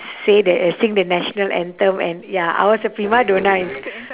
say the eh sing the national anthem and ya I was a prima donna in sch~